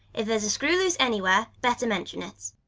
if there's a screw loose anywhere, better mention it.